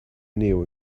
new